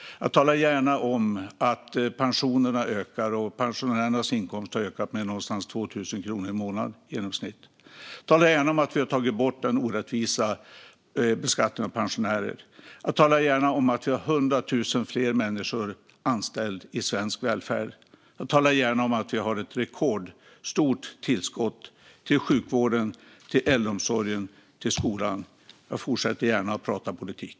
Jag talar gärna om att pensionerna ökar; pensionärernas inkomst har ökat med någonstans omkring 2 000 kronor i månaden i genomsnitt. Jag talar också gärna om att vi har tagit bort den orättvisa beskattningen av pensionärer. Jag talar gärna om att vi har 100 000 fler människor anställda i svensk välfärd. Jag talar gärna om att vi har ett rekordstort tillskott till sjukvården, till äldreomsorgen och till skolan. Jag fortsätter gärna att prata politik.